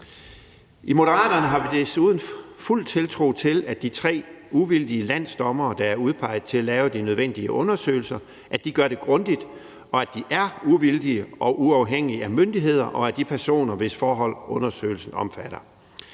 I Moderaterne har vi desuden fuld tiltro til, at de tre uvildige landsdommere, der er udpeget til at lave de nødvendige undersøgelser, gør det grundigt, og at de er uvildige og uafhængige af myndigheder og af de personer, hvis forhold undersøgelsen omfatter.